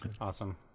Awesome